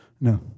No